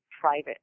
private